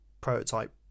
prototype